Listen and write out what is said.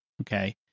Okay